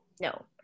No